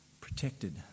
protected